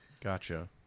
Gotcha